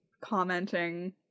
commenting